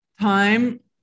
Time